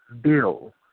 bill